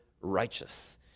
righteous